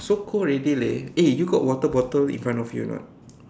so cold already leh eh you got water bottle in front of you or not